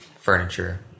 furniture